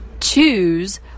choose